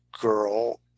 girl